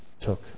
took